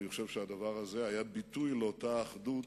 אני חושב שהדבר הזה היה ביטוי לאותה אחדות